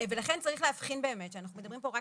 ולכן צריך להבחין באמת שאנחנו מדברים פה רק